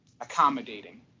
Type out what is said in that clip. accommodating